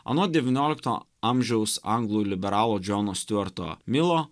anot devyniolikto amžiaus anglų liberalo džono stiuarto milo